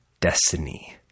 destiny